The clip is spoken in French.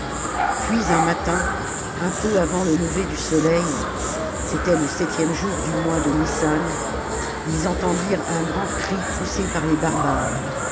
puis un matin un peu avant le lever du soleil c'était le septième jour du mois de njsan ils entendirent un grand cri poussé par les barbares